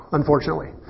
unfortunately